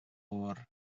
oer